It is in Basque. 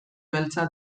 beltza